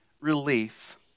relief